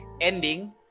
ending